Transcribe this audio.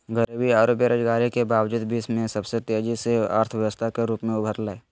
गरीबी औरो बेरोजगारी के बावजूद विश्व में सबसे तेजी से अर्थव्यवस्था के रूप में उभरलय